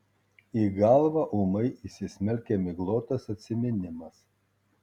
į galvą ūmai įsismelkia miglotas atsiminimas